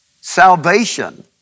Salvation